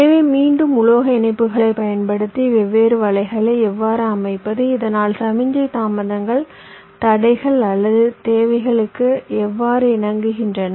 எனவே மீண்டும் உலோக இணைப்புகளைப் பயன்படுத்தி வெவ்வேறு வலைகளை எவ்வாறு அமைப்பது இதனால் சமிக்ஞை தாமதங்கள் தடைகள் அல்லது தேவைகளுக்கு எவ்வாறு இணங்குகின்றன